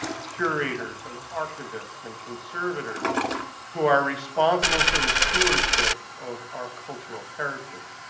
to curators and archivists and conservators who are responsible for the stewardship of our cultural heritage.